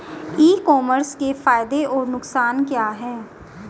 ई commerce के फायदे और नुकसान क्या हैं?